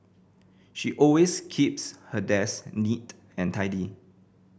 she always keeps her desk neat and tidy